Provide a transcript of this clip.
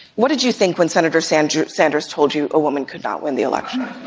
what did you think when senator sanders sanders told you a woman could not win the election?